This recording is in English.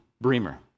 Bremer